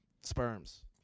Sperms